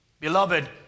Beloved